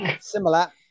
Similar